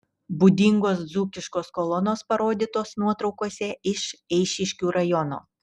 būdingos dzūkiškos kolonos parodytos nuotraukose iš eišiškių rajono